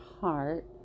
heart